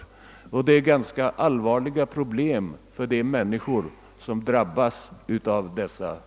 Detta har lett till allvarliga problem för de människor som har drabbats av denna.